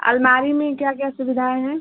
अलमारी में क्या क्या सुविधाएँ हैं